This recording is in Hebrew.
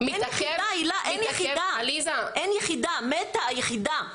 אין יחידה, הילה, מתה היחידה.